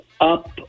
up